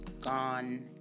gone